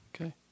Okay